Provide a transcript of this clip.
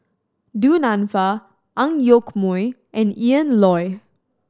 Du Nanfa Ang Yoke Mooi and Ian Loy